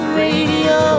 radio